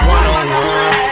One-on-one